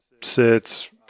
sits